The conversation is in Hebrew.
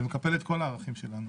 שמקפל את כל הערכים שלנו